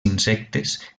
insectes